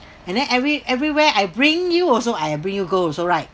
and then every everywhere I bring you also I bring you go also right